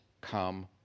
come